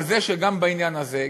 על זה שגם בעניין הזה,